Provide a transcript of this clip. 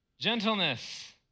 Gentleness